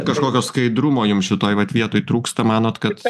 kažkokio skaidrumo jums šitoj vat vietoj trūksta manot kad